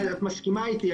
אז את מסכימה איתי.